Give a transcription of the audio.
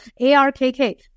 ARKK